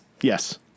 Yes